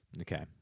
Okay